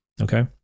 Okay